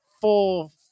full